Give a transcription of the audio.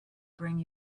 bring